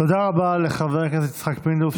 תודה רבה לחבר הכנסת יצחק פינדרוס,